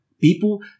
People